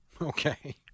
Okay